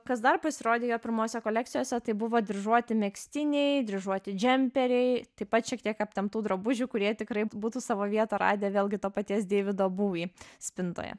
kas dar pasirodė jo pirmose kolekcijose tai buvo dryžuoti megztiniai dryžuoti džemperiai taip pat šiek tiek aptemptų drabužių kurie tikrai būtų savo vietą radę vėlgi to paties deivido būvi spintoje